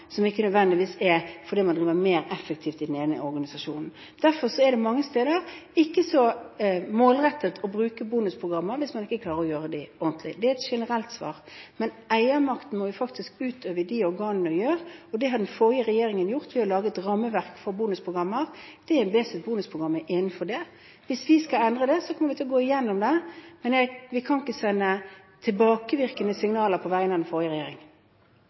som ikke nødvendigvis er sånn fordi man driver mer effektivt i den ene organisasjonen. Derfor er det mange steder ikke så målrettet å bruke bonusprogrammer hvis man ikke klarer å gjøre det ordentlig. Det er et generelt svar. Men eiermakten må man faktisk utøve i de organene vi gjør, og det har den forrige regjeringen gjort ved å lage et rammeverk for bonusprogrammer. DNBs bonusprogram er innenfor det. Hvis vi skal endre det, kommer vi til å gå igjennom det. Men vi kan ikke sende tilbakevirkende signaler på vegne av den forrige regjering.